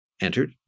entered